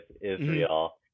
Israel